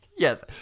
Yes